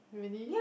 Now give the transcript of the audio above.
really